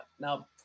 Now